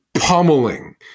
pummeling